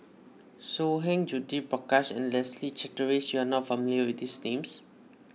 So Heng Judith Prakash and Leslie Charteris you are not familiar with these names